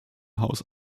haus